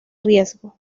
riesgo